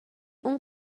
اون